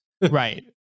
Right